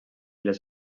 les